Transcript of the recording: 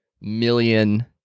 million